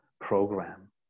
program